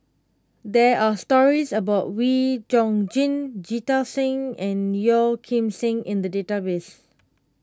there are stories about Wee Chong Jin Jita Singh and Yeo Kim Seng in the database